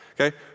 okay